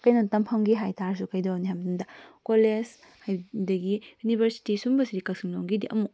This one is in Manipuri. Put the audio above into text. ꯀꯩꯅꯣ ꯇꯝꯐꯝꯒꯤ ꯍꯥꯏꯇꯥꯔꯁꯨ ꯀꯩꯗꯧꯔꯅꯤ ꯍꯥꯏꯕ ꯃꯇꯝꯗ ꯀꯣꯂꯦꯖ ꯑꯗꯨꯗꯒꯤ ꯌꯨꯅꯤꯚꯔꯁꯤꯇꯤ ꯑꯁꯨꯝꯕꯁꯤꯗꯤ ꯀꯛꯆꯤꯡꯂꯣꯝꯒꯤꯗꯤ ꯑꯃꯨꯛ